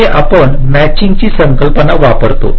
येथे आपण मॅटचिंगची संकल्पना वापरतो